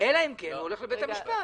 אלא אם כן הוא הולך לבית המשפט.